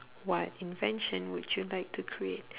what invention would you like to create